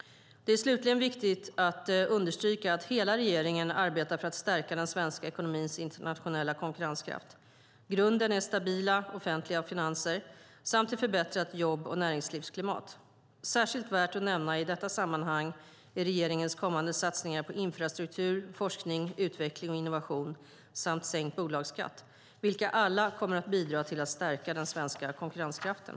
Det är slutligen viktigt att understryka att hela regeringen arbetar för att stärka den svenska ekonomins internationella konkurrenskraft. Grunden är stabila offentliga finanser samt ett förbättrat jobb och näringslivsklimat. Särskilt värt att nämna i detta sammanhang är regeringens kommande satsningar på infrastruktur, forskning, utveckling och innovation samt sänkt bolagsskatt, vilka alla kommer att bidra till att stärka den svenska konkurrenskraften.